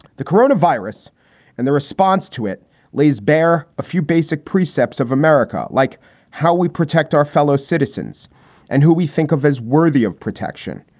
the corona virus and the response to it lays bare a few basic precepts of america, like how we protect our fellow citizens and who we think of as worthy of protection.